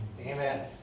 Amen